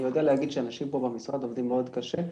אני יודע להגיד שאנשים פה במשרד עובדים קשה מאוד,